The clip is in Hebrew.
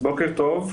בוקר טוב.